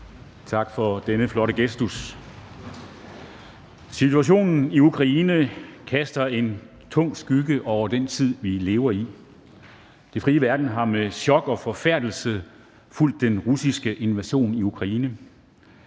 Tak for denne flotte gestus. Situationen i Ukraine kaster en tung skygge over den tid, vi lever i. Den fri verden har med chok og forfærdelse fulgt den russiske invasion i Ukraine.